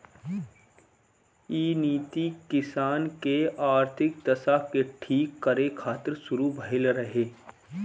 इ नीति किसान के आर्थिक दशा के ठीक करे खातिर शुरू भइल रहे